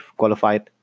qualified